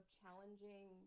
challenging